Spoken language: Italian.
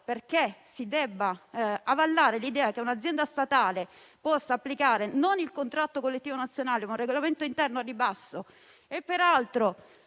per cui si debba avallare l’idea che un’azienda statale possa applicare non il contratto collettivo nazionale, ma un regolamento interno al ribasso, peraltro